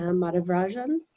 um madhav rajan.